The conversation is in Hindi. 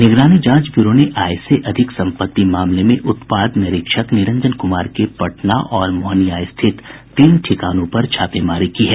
निगरानी जांच ब्यूरो ने आय से अधिक सम्पत्ति मामले में उत्पाद निरीक्षक निरंजन कुमार के पटना और मोहनिया स्थित तीन ठिकानों पर छापेमारी की है